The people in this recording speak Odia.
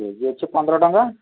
ସୁଜି ଅଛି ପନ୍ଦର ଟଙ୍କା